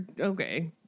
Okay